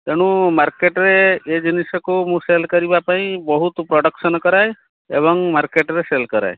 ତେଣୁ ମାର୍କେଟରେ ଏ ଜିନିଷକୁ ମୁଁ ସେଲ କରିବାପାଇଁ ବହୁତ ପ୍ରଡକ୍ସନ କରାଏ ଏବଂ ମାର୍କେଟରେ ସେଲ କରାଏ